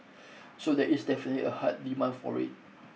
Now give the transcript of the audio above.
so there is definitely a hard demand for it